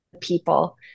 people